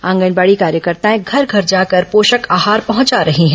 आंगनबाड़ी कार्यकर्ताएं घर घर जाकर पोषक आहार पहुंचा रही हैं